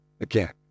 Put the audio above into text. again